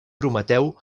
prometeu